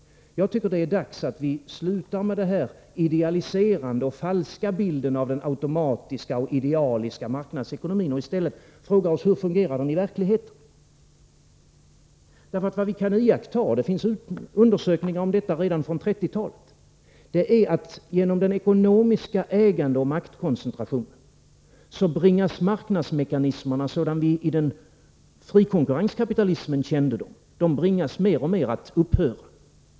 Men jag tycker det är dags att sluta med den idealiserade och falska bilden av den automatiskt fungerande idealiska marknadsekonomin och i stället fråga oss hur den fungerar i verkligheten. Vad vi kan iaktta — det finns undersökningar om detta ända sedan 1930-talet — är att genom den ekonomiska ägandeoch maktkoncentrationen bringas marknadsmekanismerna, sådana som vi kände dem i frikonkurrenskapitalismen, mer och mer att upphöra.